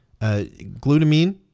glutamine